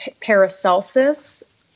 Paracelsus